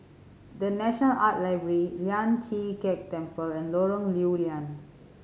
The National Art Gallery Lian Chee Kek Temple and Lorong Lew Lian